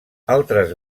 altres